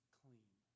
clean